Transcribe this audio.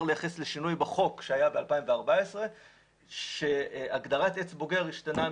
לייחס לשינוי בחוק שהיה ב-2014 לפיו הגדרת עץ בוגר השתנתה